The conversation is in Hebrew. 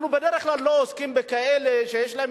אנחנו בדרך כלל לא עוסקים בכאלה שיש להם